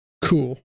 Cool